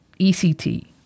ECT